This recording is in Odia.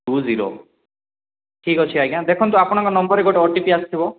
ଟୁ ଜିରୋ ଠିକ୍ ଅଛି ଆଜ୍ଞା ଦେଖନ୍ତୁ ଆପଣଙ୍କ ନମ୍ବର୍ରେ ଗୋଟେ ଓ ଟି ପି ଆସିଥିବ